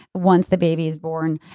once the baby is born.